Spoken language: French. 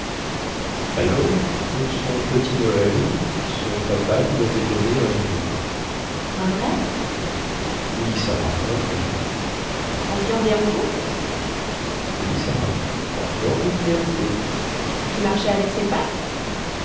alors pour son petit noël son papa lui avait donné un veau un vrai oui sara un vrai en viande et en peau oui sara en viande et en peau qui marchait avec ses pattes